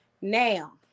now